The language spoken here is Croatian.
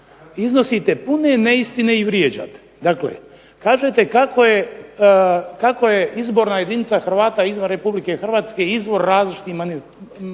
iznosite pune neistine i vrijeđate. Dakle, kažete kako je izborna jedinica Hrvata izvan Republike Hrvatske izvor različitih marifetluka.